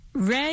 Red